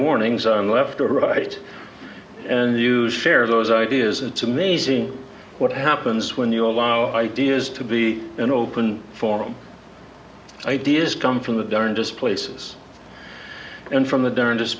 warnings on left or right and you share those ideas it's amazing what happens when you allow ideas to be an open forum ideas come from the darndest places and from the darn